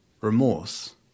remorse